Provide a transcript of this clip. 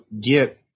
get